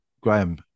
Graham